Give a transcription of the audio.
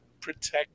protect